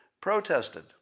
protested